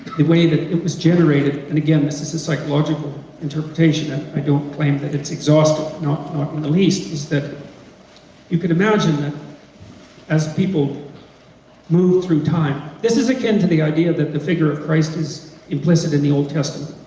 the way that it was generated, and again, this is a psychological interpretation, and i don't claim that it's exhaust of not not least, is that you can imagine that as people move through time, this is again the idea that the figure of christ is implicit in the old testament,